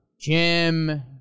Jim